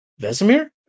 Vesemir